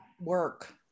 work